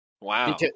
Wow